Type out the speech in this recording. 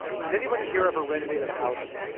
has anybody here ever renovated a house?